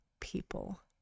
people